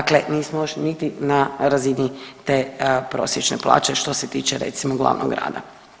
Dakle, nismo još niti na razini te prosječne plaće što se tiče recimo glavnog grada.